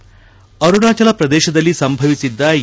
ಸಾಂಪ್ ಅರುಣಾಚಲ ಪ್ರದೇತದಲ್ಲಿ ಸಂಭವಿಸಿದ್ದ ಎ